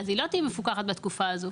תהיה מפוקחת בתקופה הזו?